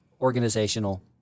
organizational